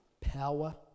power